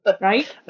Right